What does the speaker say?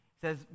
says